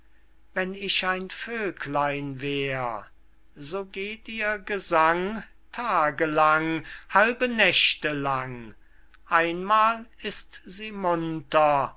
wenn ich ein vöglein wär so geht ihr gesang tagelang halbe nächte lang einmal ist sie munter